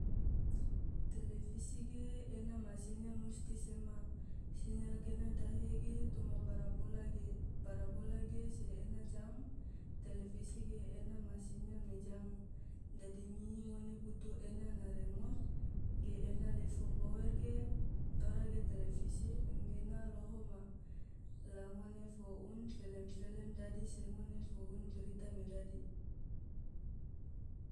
televisi ge ena ma sinyal musti sema, sinyal gena dahe ge toma parabola ge, parabola ge se ena jang televise ge ena ma sinyal me jang. Dadi ngihi ngone butu ena na remot ge ena lefo power ge tora ge televise engge ena loho ma, la ngone fo un felem-felem dadi se ngone fo un barita me dadi.